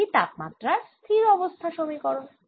এটিই তাপমাত্রার স্থির অবস্থা সমীকরণ